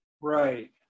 Right